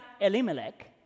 Elimelech